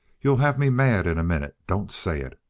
you'll have me mad in a minute. don't say it.